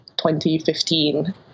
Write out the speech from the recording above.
2015